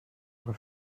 ihre